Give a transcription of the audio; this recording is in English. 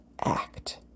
act